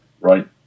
right